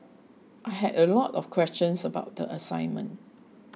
I had a lot of questions about the assignment